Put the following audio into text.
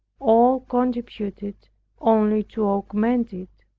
all contributed only to augment it.